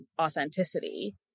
authenticity